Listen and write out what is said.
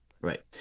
Right